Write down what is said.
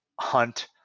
hunt